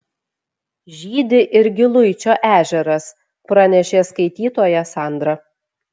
žydi ir giluičio ežeras pranešė skaitytoja sandra